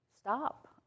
stop